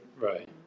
right